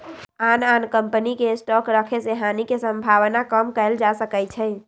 आन आन कम्पनी के स्टॉक रखे से हानि के सम्भावना कम कएल जा सकै छइ